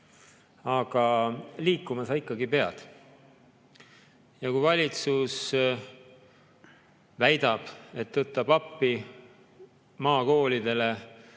aga liikuma sa ikkagi pead. Valitsus väidab, et tõttab appi maakoolidele.